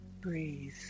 breathe